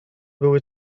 były